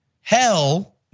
hell